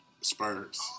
Spurs